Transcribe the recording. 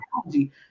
technology